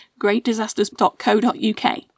greatdisasters.co.uk